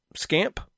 scamp